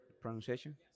pronunciation